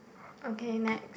okay next